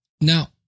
now